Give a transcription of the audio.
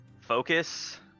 focus